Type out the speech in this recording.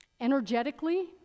energetically